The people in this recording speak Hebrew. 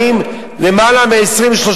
באים למעלה מ-20,000,